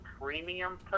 premium